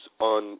on